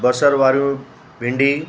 बसर वारियूं भिंडी